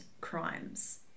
crimes